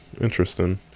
Interesting